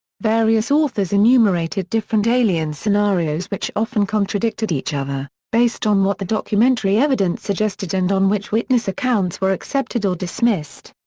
various authors enumerated different alien scenarios which often contradicted each other, based on what the documentary evidence suggested and on which witness accounts were accepted or dismissed.